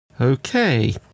okay